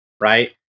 right